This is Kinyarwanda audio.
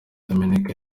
dominic